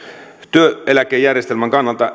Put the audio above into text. työeläkejärjestelmän kannalta